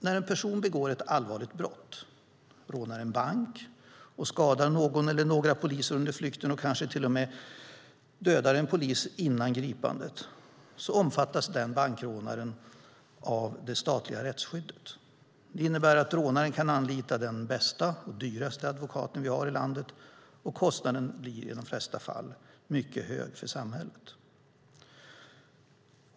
När en person begår ett allvarligt brott, rånar en bank och skadar någon eller några poliser under flykten och kanske till och med dödar en polis före gripandet, omfattas den bankrånaren av det statliga rättsskyddet. Det innebär att rånaren kan anlita den bästa och dyraste advokaten vi har i landet, och kostnaden blir i de flesta fall mycket hög för samhället.